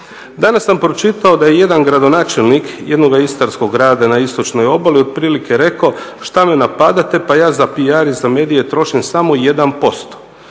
Danas sam pročitao da je jedan gradonačelnik jednog istarskog grada na istočnoj obali otprilike rekao šta me napade, pa ja za PR i za medije trošim samo 1%.